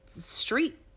street